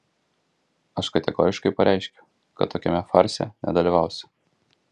aš kategoriškai pareiškiu kad tokiame farse nedalyvausiu